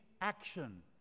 action